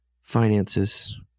finances